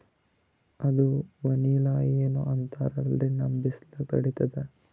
ಅದು ವನಿಲಾ ಏನೋ ಅಂತಾರಲ್ರೀ, ನಮ್ ಬಿಸಿಲ ತಡೀತದಾ?